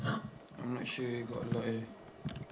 I'm not sure eh got a lot eh